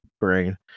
brain